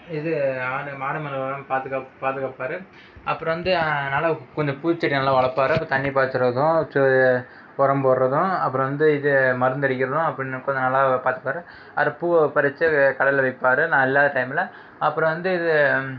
இது ஆடு மாடு மேலே வராமல் பாதுகாப் பாதுகாப்பார் அப்புறம் வந்து நல்லா கொஞ்சம் பூச்செடி நல்லா வளர்ப்பாரு அப்புறம் தண்ணி பாய்ச்சறதும் உரம் போடுறதும் அப்புறம் வந்து இது மருந்து அடிக்கிறதும் அப்புறம் இன்னும் கொஞ்சம் நல்லா பார்த்துக்குவாரு அதை பூவை பறிச்சு அது கடையில் விற்பாரு நான் இல்லாத டைமில் அப்புறம் வந்து இது